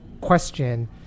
question